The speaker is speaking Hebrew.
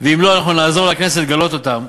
ואם לא, אנחנו נעזור לכנסת לגלות אותם,